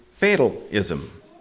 Fatalism